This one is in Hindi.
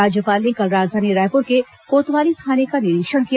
राज्यपाल ने कल राजधानी रायपुर के कोतवाली थाने का निरीक्षण किया